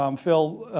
um phil,